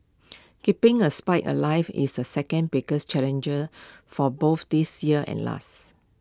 keeping A spied alive is A second biggest challenger for both this year and last